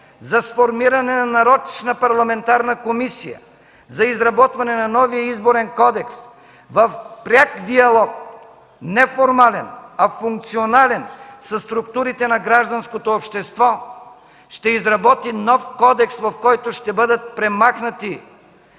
за сформиране на нарочна парламентарна комисия за изработване на новия Изборен кодекс в пряк диалог – не формален, а функционален, със структурите на гражданското общество ще изработи нов кодекс, в който ще бъдат премахнати